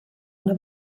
una